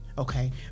Okay